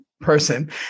person